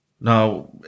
now